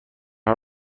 حال